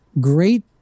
great